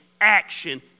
action